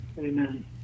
Amen